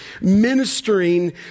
ministering